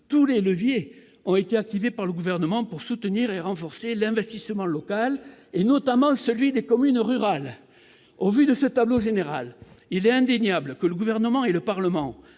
tous les leviers ont été activés par le Gouvernement pour soutenir et renforcer l'investissement local, et notamment celui des communes rurales. On est sauvé ! Tout va bien ! Au vu de ce tableau général, il est indéniable que le Gouvernement et le Parlement